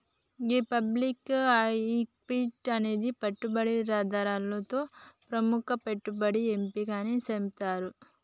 గీ public equity అనేది పెట్టుబడిదారులతో ప్రముఖ పెట్టుబడి ఎంపిక అని సెబుతారు